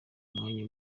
mwanya